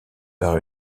par